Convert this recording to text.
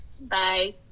bye